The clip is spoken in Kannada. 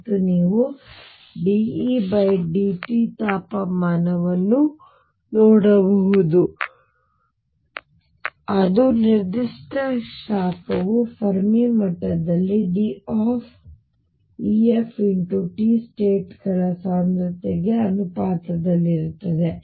ಮತ್ತು ನೀವು dEdT ತಾಪಮಾನವನ್ನು ನೋಡಬಹುದು ಅದು ನಿರ್ದಿಷ್ಟ ಶಾಖವು ಫೆರ್ಮಿ ಮಟ್ಟದಲ್ಲಿ DF×T ಸ್ಟೇಟ್ ಗಳ ಸಾಂದ್ರತೆಗೆ ಅನುಪಾತದಲ್ಲಿರುತ್ತದೆ